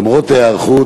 למרות ההיערכות,